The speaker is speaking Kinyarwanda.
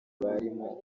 barimo